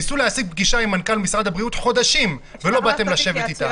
ניסו חודשים להשיג פגישה עם מנכ"ל משרד הבריאות ולא ישבתם אתם.